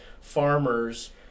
farmers